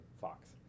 Fox